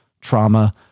Trauma